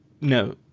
No